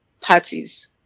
parties